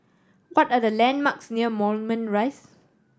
what are the landmarks near Moulmein Rise